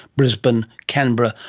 brisbane, canberra,